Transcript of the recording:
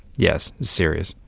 yes, serious.